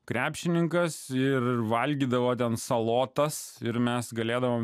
krepšininkas ir valgydavo ten salotas ir mes galėdavome